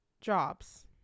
jobs